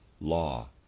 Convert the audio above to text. law